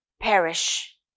perish